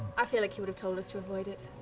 i feel like he would've told us to avoid it.